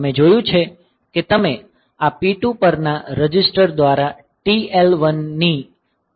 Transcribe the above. તમે જોયું છે કે તમે આ P2 પરના રજિસ્ટર દ્વારા TL1 ની આ ગણતરીને આઉટપુટ કરી રહ્યાં છો